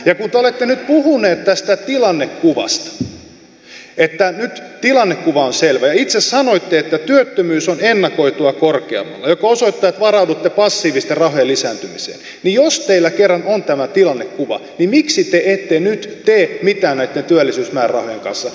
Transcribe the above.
ja kun te olette nyt puhunut tästä tilannekuvasta että nyt tilannekuva on selvä ja itse sanoitte että työttömyys on ennakoitua korkeammalla mikä osoittaa että varaudutte passiivisten rahojen lisääntymiseen niin jos teillä kerran on tämä tilannekuva miksi te ette nyt tee mitään näitten työllisyysmäärärahojen kanssa